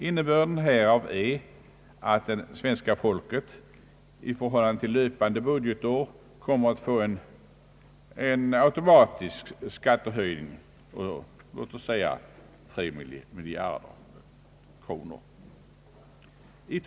Innebörden härav är att svenska folket 1 förhållande till det löpande budgetåret kommer att få en automatisk skattehöjning på låt oss säga 3 miljarder kronor.